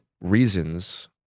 reasons